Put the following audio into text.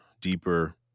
deeper